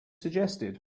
suggested